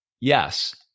Yes